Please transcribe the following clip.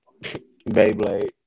Beyblade